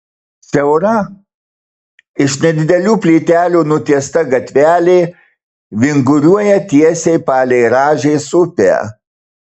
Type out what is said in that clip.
siaura iš nedidelių plytelių nutiesta gatvelė vinguriuoja tiesiai palei rąžės upę